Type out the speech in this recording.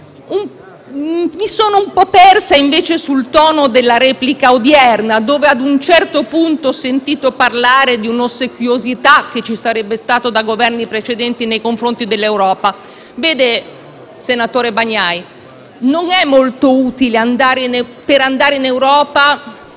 Mi sono un po' persa, invece, sul tono della replica odierna, in cui ad un certo punto ho sentito parlare di un'ossequiosità che ci sarebbe stata, da parte dei Governi precedenti, nei confronti dell'Europa. Vede, senatore Bagnai, non è molto utile, per contare in Europa,